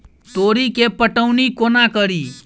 तोरी केँ पटौनी कोना कड़ी?